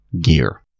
gear